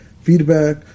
feedback